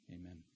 Amen